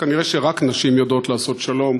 כנראה רק נשים יודעות לעשות שלום,